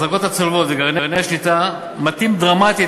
האחזקות הצולבות וגרעיני השליטה מטים דרמטית